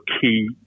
key